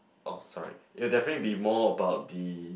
oh sorry it will definitely be more about the